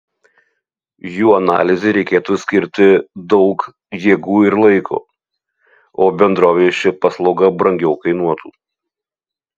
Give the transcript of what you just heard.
jų analizei reikėtų skirti daug jėgų ir laiko o bendrovei ši paslauga brangiau kainuotų